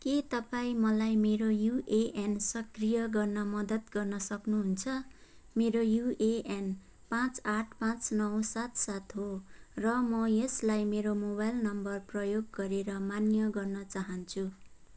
के तपाईँ मलाई मेरो युएएन सक्रिय गर्न मद्दत गर्न सक्नुहुन्छ मेरो युएएन पाँच आठ पाँच नौ सात सात हो र म यसलाई मेरो मोबाइल नम्बर प्रयोग गरेर मान्य गर्न चाहन्छु